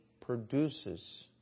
produces